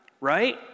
right